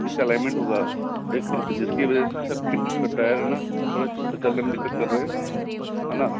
इसका अलाइमेंट होगा जिसकी वजह से टायर है ना थोड़ा चलने नें दिक्कत कर रहा है है न